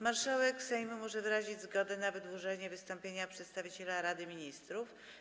Marszałek Sejmu może wyrazić zgodę na wydłużenie wystąpienia przedstawiciela Rady Ministrów.